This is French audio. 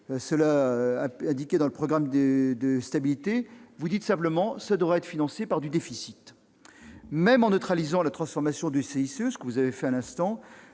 mentionnée dans le programme de stabilité. Vous indiquez simplement qu'elle devra être financée par du déficit. Même en neutralisant la transformation du CICE, ce que vous avez indiqué à l'instant,